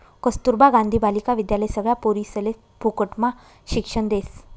कस्तूरबा गांधी बालिका विद्यालय सगळ्या पोरिसले फुकटम्हा शिक्षण देस